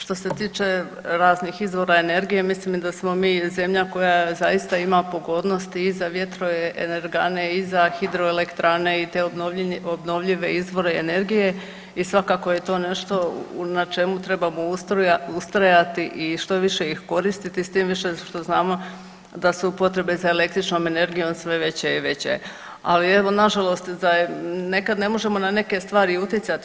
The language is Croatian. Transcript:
Što se tiče raznih izvora energije mislim da smo mi zemlja koja zaista ima pogodnosti i za vjetroelektrane i za hidroelektrane i te obnovljive izvore energije i svakako je to nešto na čemu trebamo ustrajati i što više ih koristiti tim više što znamo da su potrebe za električnom energijom sve veće i veće, ali evo nažalost nekad ne možemo na neke stvari utjecati.